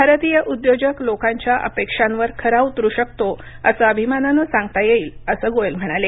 भारतीय उद्योजक लोकांच्या अपेक्षांवर खरा उतरू शकतो असं अभिमानाने सांगता येईल असं गोयल म्हणाले